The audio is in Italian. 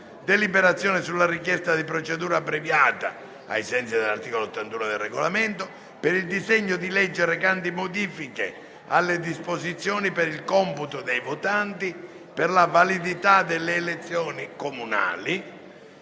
deliberazione sulla richiesta di procedura abbreviata ai sensi dell'articolo 81 del Regolamento per il disegno di legge recante modifiche alle disposizioni per il computo dei votanti per la validità delle elezioni comunali;